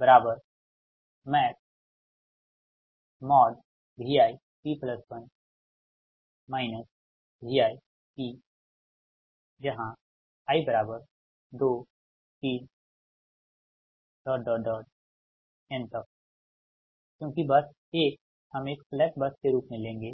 p1 Vi pi23n क्योंकि बस 1 हम एक स्लैक बस के रूप में लेंगे